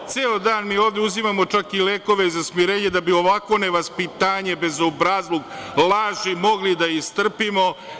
Ceo dan mi ovde uzimamo čak i lekove za smirenje da bi ovakvo ne vaspitanje, bezobrazluk i laži mogli da istrpimo.